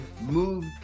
move